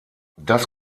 das